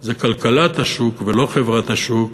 זה כלכלת השוק ולא חברת השוק,